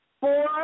four